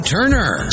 Turner